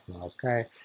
Okay